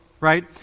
right